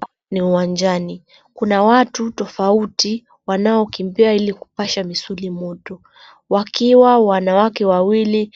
Hapa ni uwanjani kuna watu tofauti wanaokimbia ili kupasha misuli moto wakiwa wanawake wawili